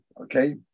Okay